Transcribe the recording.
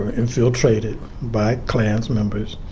infiltrated by klans members.